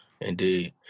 indeed